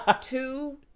two